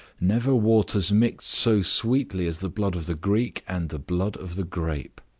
never waters mixed so sweetly as the blood of the greek and the blood of the grape.